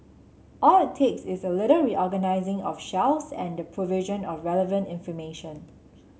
all it takes is a little reorganising of shelves and provision of relevant information